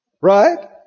right